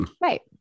Right